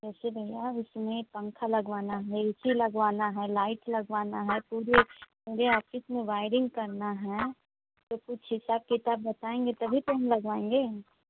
सुनिए भैया उसमें पंखा लगवाना है ए सी लगवाना है लाइट लगवानी है पूरे ऑफ़िस में वायरिन्ग करनी है तो फिर हिसाब किताब बताएँगे तभी तो हम लगवाएँगे